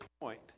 point